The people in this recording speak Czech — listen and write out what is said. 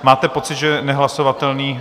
Máte pocit, že je nehlasovatelný?